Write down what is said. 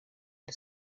the